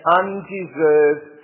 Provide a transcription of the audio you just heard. undeserved